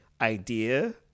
idea